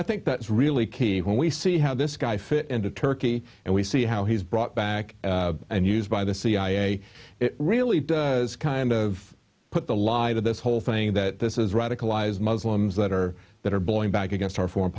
i think that's really key when we see how this guy fit into turkey and we see how he's brought back and used by the cia it really does kind of put the lie that this whole thing that this is radicalized muslims that are that are blowing back against our foreign